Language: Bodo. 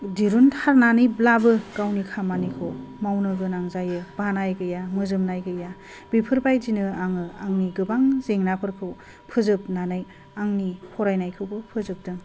दिहुनथारनानैब्लाबो गावनि खामानिखौ मावनो गोनां जायो बानाय गैया मोजामनाय गैया बेफोरबायदिनो आङो आंनि गोबां जेंनाफोरखौ फोजोबनानै आंनि फरायनायखौबो फोजोबदों